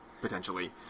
potentially